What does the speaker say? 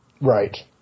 Right